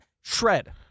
shred